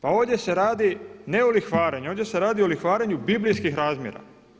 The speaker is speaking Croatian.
Pa ovdje se radi ne o lihvarenju, ovdje se radi o lihvarenju biblijskih razmjera.